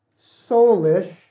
soulish